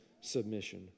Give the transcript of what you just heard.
submission